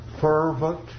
fervent